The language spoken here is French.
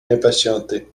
impatienté